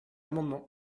amendement